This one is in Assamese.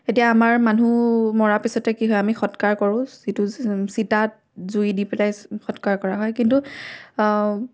এতিয়া আমাৰ মানুহ মৰাৰ পিছতে কি হয় আমি সৎকাৰ কৰোঁ যিটো চিতাত জুই দি পেলাই সৎকাৰ কৰা হয় কিন্তু